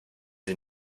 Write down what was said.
sie